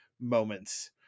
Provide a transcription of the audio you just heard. moments